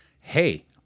hey